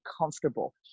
comfortable